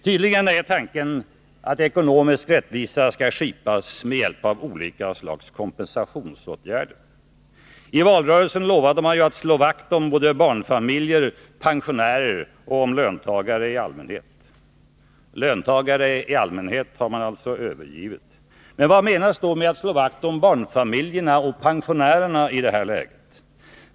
Tydligen är tanken att ekonomisk rättvisa skall skipas med hjälp av olika slags kompensationsåtgärder. I valrörelsen lovade man ju att slå vakt om barnfamiljer, pensionärer och löntagare i allmänhet. Löntagare i allmänhet har man alltså övergivit. Men vad menas då med att slå vakt om barnfamiljerna och pensionärerna i det här läget?